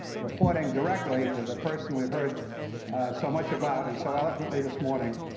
reporting directly to the person we've heard so much about and so eloquently this morning,